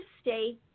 stay